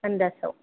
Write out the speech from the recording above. आन्दासाव